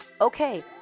Okay